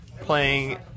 playing